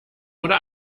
oder